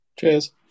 Cheers